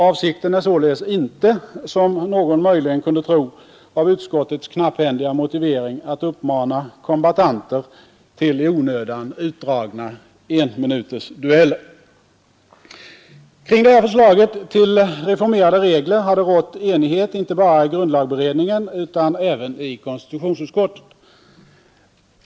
Avsikten är således inte, som någon möjligen kunde tro av utskottets knapphändiga motivering, att uppmana kombattanterna till i onödan utdragna enminutsdueller. Kring det här förslaget till reformerade regler har det rått enighet inte bara i grundlagberedningen utan även i konstitutionsutskottet.